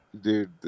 Dude